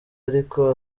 ariko